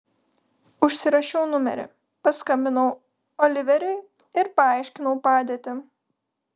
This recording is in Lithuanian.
užsirašiau numerį paskambinau oliveriui ir paaiškinau padėtį